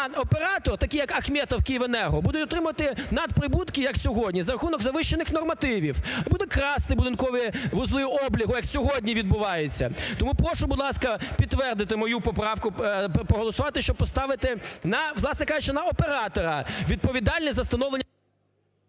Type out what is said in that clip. А оператори такі як Ахметов "Київенерго" буде отримувати над прибутки як сьогодні за рахунок завищених нормативів. А буде красти будинкові вузли обліку, як сьогодні відбувається. Тому прошу, будь ласка, підтвердити мою поправку, проголосувати, щоб поставити на, власне кажучи, на оператора відповідальність за встановлення…